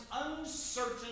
uncertain